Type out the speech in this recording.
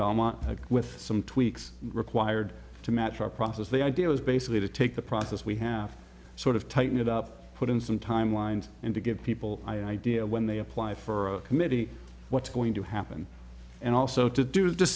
belmont with some tweaks required to match our process the idea was basically to take the process we have sort of tighten it up put in some timelines and to give people idea when they apply for a committee what's going to happen and also to do